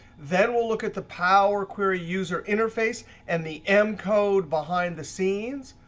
then we'll look at the power query user interface and the m code behind the scenes.